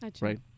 Right